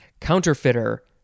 Counterfeiter